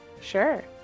Sure